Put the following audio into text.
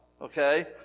Okay